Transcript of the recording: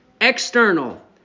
external